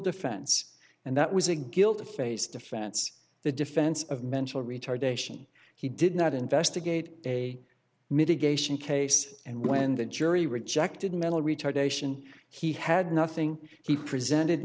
defense and that was a guilt phase defense the defense of mental retardation he did not investigate a mitigation case and when the jury rejected mental retardation he had nothing he presented